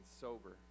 sober